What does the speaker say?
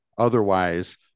Otherwise